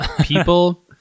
People